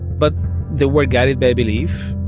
but they were guided by belief.